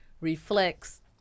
reflects